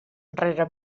rere